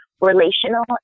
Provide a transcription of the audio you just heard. relational